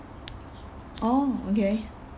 orh okay